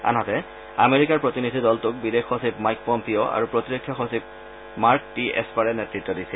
আনহাতে আমেৰিকাৰ প্ৰতিনিধি দলটোক বিদেশ সচিব মাইক পম্পিঅ' আৰু প্ৰতিৰক্ষা সচিব মাৰ্ক টি এছপাৰে নেতত্ দিছিল